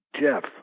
Jeff